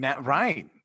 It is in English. right